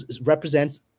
represents